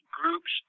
groups